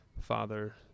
Father